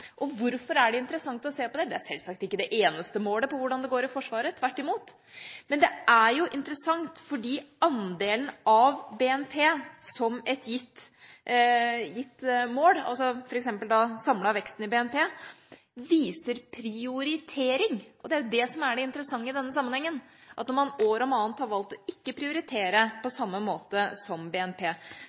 Hvorfor er det interessant å se på det? Det er selvsagt ikke det eneste målet på hvordan det går i Forsvaret – tvert imot. Men det er interessant fordi andelen av BNP som et gitt mål, f.eks. den samlede veksten i BNP, viser prioritering. Det er det som er det interessante i denne sammenhengen, at man år om annet har valgt å ikke prioritere på samme måte som BNP.